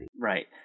Right